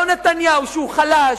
לא נתניהו שהוא חלש,